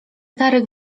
darek